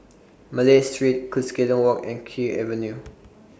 Malay Street Cuscaden Walk and Kew Avenue